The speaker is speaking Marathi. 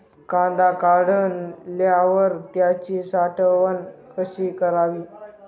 कांदा काढल्यावर त्याची साठवण कशी करावी?